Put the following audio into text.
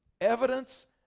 Evidence